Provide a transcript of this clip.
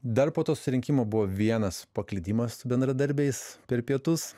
dar po to susirinkimo buvo vienas paklydimas bendradarbiais per pietus